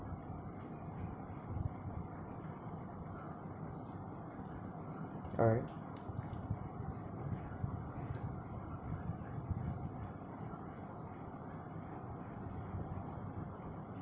alright